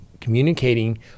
communicating